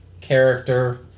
character